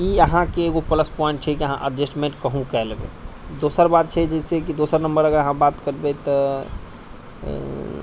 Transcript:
तऽ ई अहाँके एगो प्लस पॉइन्ट छै जे अहाँ एडजस्टमेंट कहूँ कए लेबै दोसर बात छै जैसे कि अगर दोसर नम्बर अहाँ बात करबै तऽ